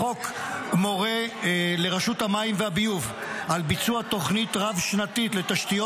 החוק מורה לרשות המים והביוב על ביצוע תוכנית רב-שנתית לתשתיות